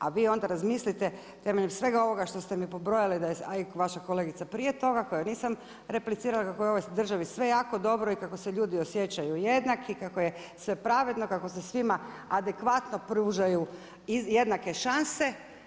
A vi onda razmislite temeljem svega ovoga što ste mi pobrojali, a i vaša kolegica prije toga kojoj nisam replicirala kako je u ovoj državi sve jako dobro i kako se ljudi osjećaju jednaki, kako je sve pravedno, kako se svima adekvatno pružaju jednake šanse.